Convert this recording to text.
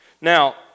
Now